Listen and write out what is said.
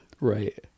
right